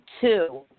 two